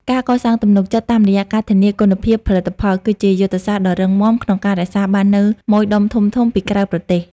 ការកសាងទំនុកចិត្តតាមរយៈការធានាគុណភាពផលិតផល គឺជាយុទ្ធសាស្ត្រដ៏រឹងមាំក្នុងការរក្សាបាននូវម៉ូយដុំធំៗពីក្រៅប្រទេស។